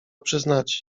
przyznać